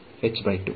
ವಿದ್ಯಾರ್ಥಿ